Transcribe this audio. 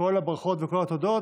כל הברכות וכל התודות.